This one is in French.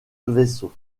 vaisseau